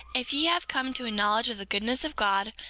if ye have come to a knowledge of the goodness of god,